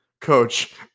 Coach